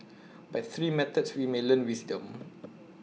by three methods we may learn wisdom